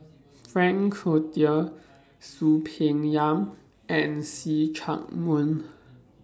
Frank Cloutier Soon Peng Yam and See Chak Mun